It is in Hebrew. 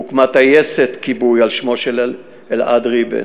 הוקמה טייסת כיבוי על שמו של אלעד ריבן.